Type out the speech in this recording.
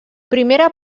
primera